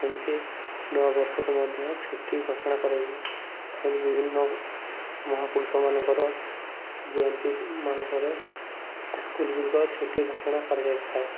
ସେମିତି ନୂଆ ବର୍ଷକୁ ମଧ୍ୟ ଛୁଟି ଘୋଷଣା କରାଯାଇ ସେମିତି ବିଭିନ୍ନ ମହାପୁରୁଷମାନଙ୍କର ଜୟନ୍ତୀ ମାନଙ୍କରେ ସ୍କୁଲ୍ଗୁଡ଼ିକ ଛୁଟି ଘୋଷଣା କରାଯାଇଥାଏ